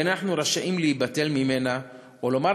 ואין אנחנו רשאים להיבטל ממנה או לומר